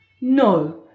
No